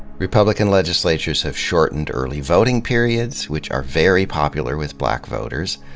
republican legislatures have shortened early voting periods, which are very popular with black voters.